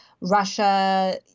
Russia